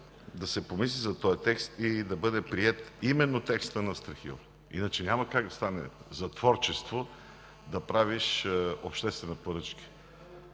да се помисли за този текст и да бъде приет именно текстът на господин Ангелов. Иначе няма как да стане – за творчество да правиш обществени поръчки.